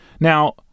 Now